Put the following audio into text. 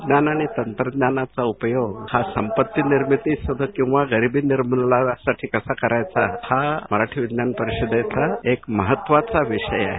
विज्ञान आणि तंत्रज्ञानाचा उपयोग हा संपत्ती निर्मिती साठी आणि गरिबी निर्मूलनासाठी कसा करायचा हा मराठी विज्ञान परिषदेचा एक महत्वाचा विषय आहे